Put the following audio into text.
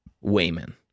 Wayman